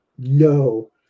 No